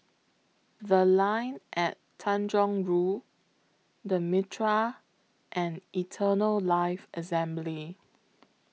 The Line At Tanjong Rhu The Mitraa and Eternal Life Assembly